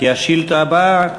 כי השאילתה הבאה,